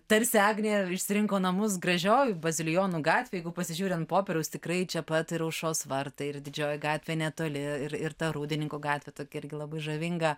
tarsi agnė išsirinko namus gražioj bazilijonų gatvėj jeigu pasižiūri ant popieriaus tikrai čia pat ir aušros vartai ir didžioji gatvė netoli ir ir ta rūdininkų gatvė tokia irgi labai žavinga